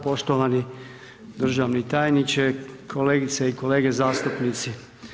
Poštovani državni tajniče, kolegice i kolege zastupnici.